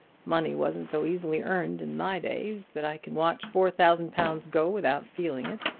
money wasn't so easily earned in my days that i can watch four thousand pounds go without feeling it.